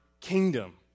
kingdom